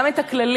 גם את הכללים,